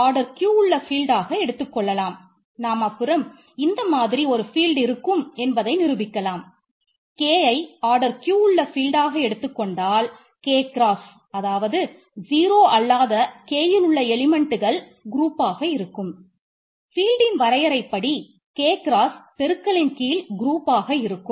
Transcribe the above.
Kயை order இருக்கும்